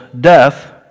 death